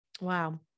Wow